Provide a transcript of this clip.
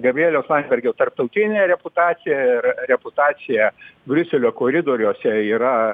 gabrieliaus landsbergio tarptautinė reputacija ir reputacija briuselio koridoriuose yra